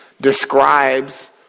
describes